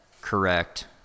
correct